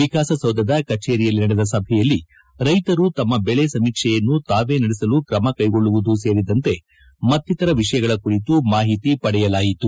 ವಿಕಾಸಸೌಧದ ಕಚೇರಿಯಲ್ಲಿ ನಡೆದ ಸಭೆಯಲ್ಲಿ ರೈತರು ತಮ್ಮ ಬೆಳೆ ಸಮೀಕ್ಷೆಯನ್ನು ತಾವೇ ನಡೆಸಲು ಕ್ರಮಕೈಗೊಳ್ಳುವುದು ಸೇರಿದಂತೆ ಮತ್ತಿತ್ತರ ವಿಷಯಗಳ ಕುರಿತು ಮಾಹಿತಿ ಪಡೆಯಲಾಯಿತು